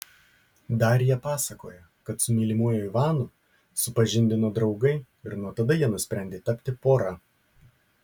darija pasakoja kad su mylimuoju ivanu supažindino draugai ir nuo tada jie nusprendė tapti pora